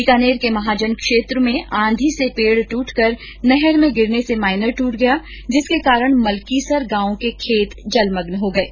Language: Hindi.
बीकानेर के महाजन क्षेत्र में आंधी से पेड़ ट्रटकर नहर में गिरने से माइनर ट्रट गया जिसके कारण मलकीसर गांव के खेत जलमग्न हो गये